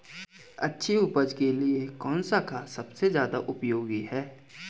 अच्छी उपज के लिए कौन सा खाद सबसे ज़्यादा उपयोगी है?